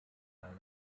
eine